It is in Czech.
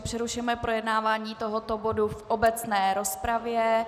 Přerušuji projednávání tohoto bodu v obecné rozpravě.